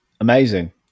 Amazing